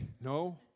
no